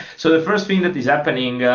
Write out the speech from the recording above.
so the first thing that is happening,